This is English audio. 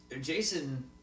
Jason